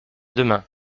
demain